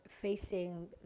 facing